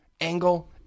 angle